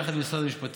יחד עם משרד המשפטים,